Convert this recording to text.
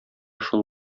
шул